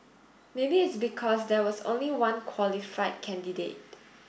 maybe it's because there was only one qualified candidate